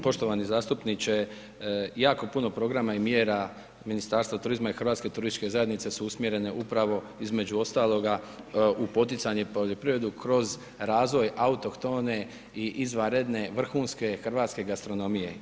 Poštovani zastupniče, jako puno programa i mjera Ministarstvo turizma i Hrvatske turističke zajednice su usmjerene upravo između ostaloga u poticanje u poljoprivrede, kroz razvoj autohtone i izvanredne vrhunske hrvatske gastronomije.